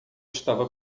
estava